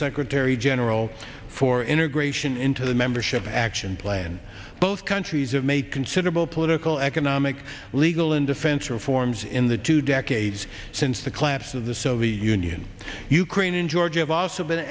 secretary general for integration into the membership action plan both countries have made considerable political economic legal and defense reforms in the two decades since the collapse of the soviet union ukraine and georgia have also been